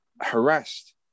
harassed